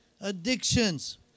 addictions